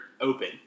open